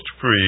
free